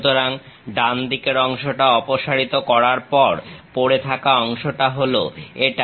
সুতরাং ডান দিকের অংশটা অপসারিত করার পর পড়ে থাকা অংশটা হলো এটা